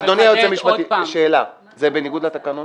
אדוני היועץ המשפטי, שאלה, זה בניגוד לתקנון?